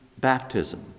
baptism